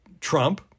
Trump